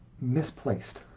misplaced